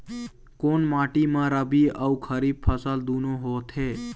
कोन माटी म रबी अऊ खरीफ फसल दूनों होत हे?